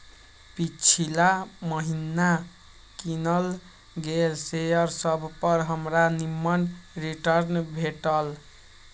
पिछिला महिन्ना किनल गेल शेयर सभपर हमरा निम्मन रिटर्न भेटल